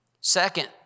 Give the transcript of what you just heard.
Second